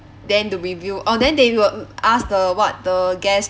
then to reveal orh then they will ask the what the guest